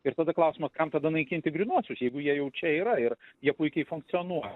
ir tada klausimas kam tada naikinti grynuosius jeigu jie jau čia yra ir jie puikiai funkcionuoja